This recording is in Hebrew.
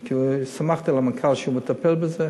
סמכתי על המנכ"ל שהוא מטפל בזה.